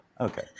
Okay